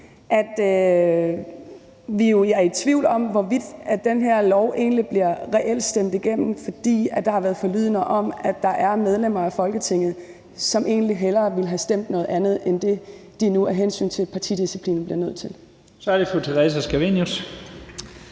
vi er i tvivl om, hvorvidt det her lovforslag egentlig reelt bliver stemt igennem. For der har været forlydender om, at der er medlemmer af Folketinget, der egentlig hellere ville have stemt noget andet end det, som de nu af hensyn til partidisciplinen bliver nødt til. Kl. 12:22 Første